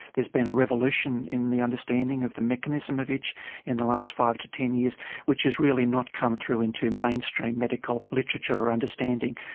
there's been a revolution in the understanding of the mechanism of itch in the last five to ten years which has really not come through into mainstream medical literature or understanding.